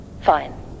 Fine